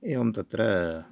एवं तत्र